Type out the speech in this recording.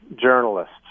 journalists